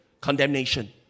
condemnation